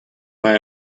buy